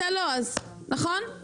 אתה לא, נכון?